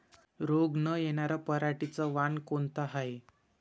रोग न येनार पराटीचं वान कोनतं हाये?